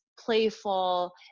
playful